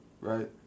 Right